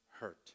HURT